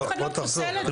אף אחד לא פוסל את זה.